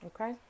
Okay